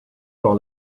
par